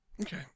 Okay